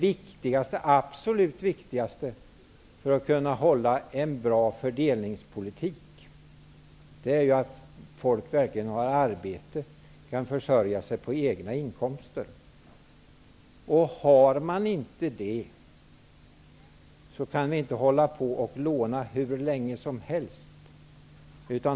Det absolut viktigaste för att kunna föra en bra fördelningspolitik är ju att folk har arbete och kan försörja sig på egna inkomster. Om så inte är fallet, kan vi inte hålla på att låna hur länge som helst.